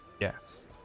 Yes